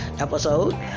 episode